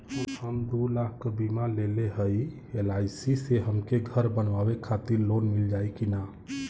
हम दूलाख क बीमा लेले हई एल.आई.सी से हमके घर बनवावे खातिर लोन मिल जाई कि ना?